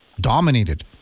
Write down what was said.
dominated